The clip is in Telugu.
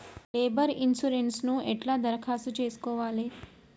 లేబర్ ఇన్సూరెన్సు ఎట్ల దరఖాస్తు చేసుకోవాలే?